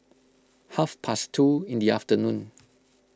half past two in the afternoon